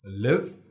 live